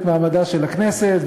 את מעמדה של הכנסת,